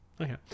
okay